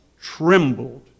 trembled